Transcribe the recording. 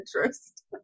interest